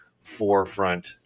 forefront